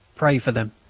pray for them.